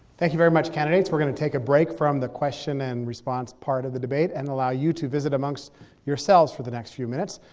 thank you very much, candidates. we're going to take a break from the question and response part of the debate and allow you to visit amongst yourselves for the next few minutes.